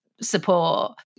support